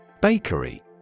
Bakery